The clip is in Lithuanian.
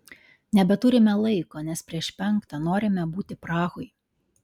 nebeturime laiko nes prieš penktą norime būti prahoj